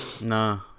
No